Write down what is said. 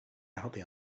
hardly